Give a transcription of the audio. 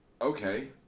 Okay